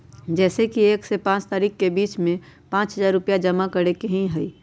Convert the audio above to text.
जैसे कि एक से पाँच तारीक के बीज में पाँच हजार रुपया जमा करेके ही हैई?